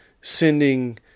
sending